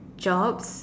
jobs